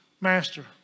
master